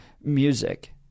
music